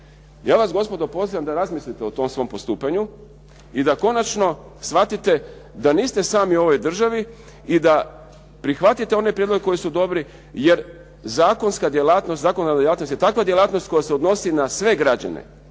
Ja vas gospodo pozivam da razmislite o tom svom postupanju i da konačno shvatite da niste sami u ovoj državi i da prihvatite one prijedloge koji su dobri jer zakonska djelatnost, zakonodavna djelatnost je takva djelatnost koja se odnosi na sve građane